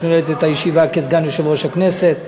מנהלת את הישיבה כסגן יושב-ראש הכנסת.